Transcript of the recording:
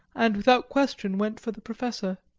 and without question went for the professor.